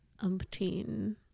Umpteen